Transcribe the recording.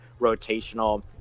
rotational